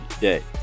Day